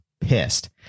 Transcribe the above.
pissed